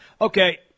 okay